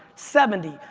seventy,